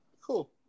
cool